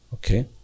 Okay